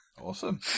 Awesome